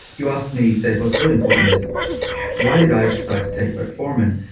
you asked me, dave. what's really important is why did i decide to take metformin?